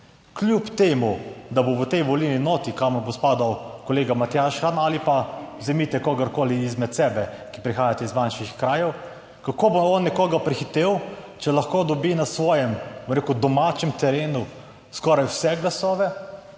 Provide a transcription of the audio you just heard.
Kljub temu, da bo v tej volilni enoti, kamor bo spadal kolega Matjaž Han ali pa vzemite kogarkoli izmed sebe, ki prihajate iz manjših krajev, kako bo on nekoga prehitel, če lahko dobi na svojem, bom rekel, domačem terenu skoraj vse glasove?